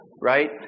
right